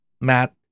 Matt